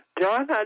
John